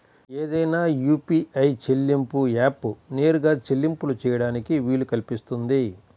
ఏదైనా యూ.పీ.ఐ చెల్లింపు యాప్కు నేరుగా చెల్లింపులు చేయడానికి వీలు కల్పిస్తుంది